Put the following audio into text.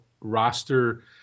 roster